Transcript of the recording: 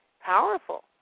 powerful